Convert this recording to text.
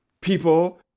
people